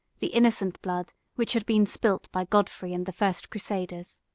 the innocent blood which had been spilt by godfrey and the first crusaders.